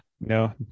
No